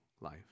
life